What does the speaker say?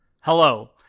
Hello